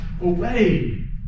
away